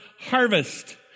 harvest